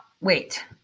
wait